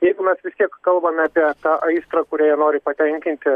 jeigu mes vis tiek kalbame apie tą aistrą kurią jie nori patenkinti